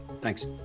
Thanks